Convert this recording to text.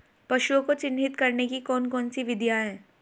पशुओं को चिन्हित करने की कौन कौन सी विधियां हैं?